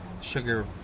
sugar